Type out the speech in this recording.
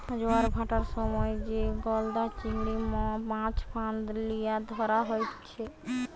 জোয়ার ভাঁটার সময় যে গলদা চিংড়ির, মাছ ফাঁদ লিয়ে ধরা হতিছে